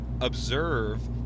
observe